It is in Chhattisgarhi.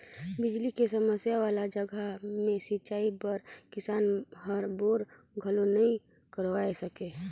बिजली के समस्या वाला जघा मे सिंचई बर किसान हर बोर घलो नइ करवाये सके